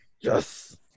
Yes